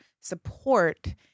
support